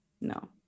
No